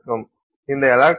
இந்த எலக்ட்ரானை எடுத்து 1